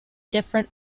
different